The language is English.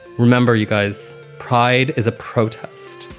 remember you guys. pride is a protest.